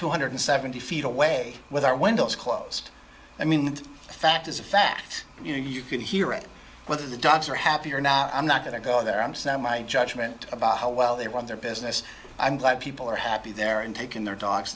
two hundred seventy feet away with our windows closed i mean the fact is a fact you can hear it whether the dogs are happy or not i'm not going to go there i'm semi judgement about how well they want their business i'm glad people are happy there and taken their dogs